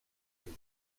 ella